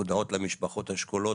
הודעות למשפחות השכולות.